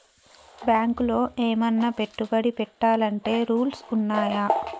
బ్యాంకులో ఏమన్నా పెట్టుబడి పెట్టాలంటే రూల్స్ ఉన్నయా?